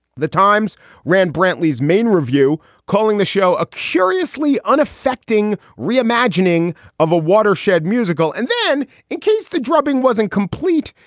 the times ran brantly's main review, calling the show a curiously unaffected reimagining of a watershed musical. and then it case the drubbing wasn't complete.